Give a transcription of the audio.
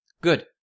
Good